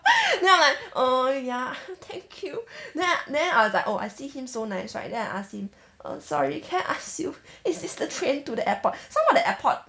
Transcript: then I'm like err ya thank you then then I was like oh I see him so nice right then I ask him err sorry can I ask you is this the train to the airport so right the airport